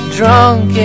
drunk